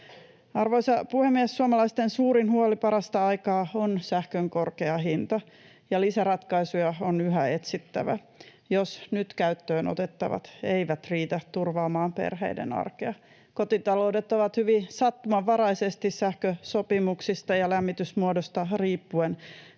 Arvoisa puhemies! Suomalaisten suurin huoli parasta aikaa on sähkön korkea hinta, ja lisäratkaisuja on yhä etsittävä, jos nyt käyttöön otettavat eivät riitä turvaamaan perheiden arkea. Kotitaloudet ovat hyvin sattumanvaraisesti sähkösopimuksista ja lämmitysmuodosta riippuen